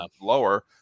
lower